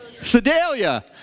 Sedalia